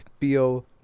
feel